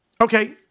Okay